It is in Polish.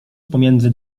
pomiędzy